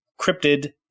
cryptid